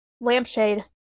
Lampshade